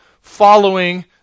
following